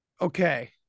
Okay